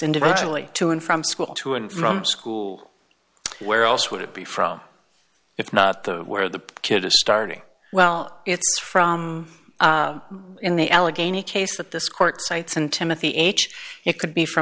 individually to and from school to and from school where else would it be from if not the where the kid a starting well it's from in the allegheny case that this court cites and timothy h it could be